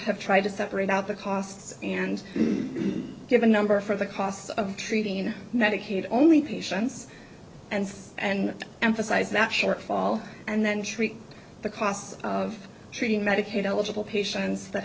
have tried to separate out the costs and give a number for the costs of treating medicaid only patients and and emphasize that shortfall and then treat the cost of treating medicaid eligible patients that